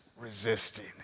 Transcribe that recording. resisting